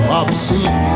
obscene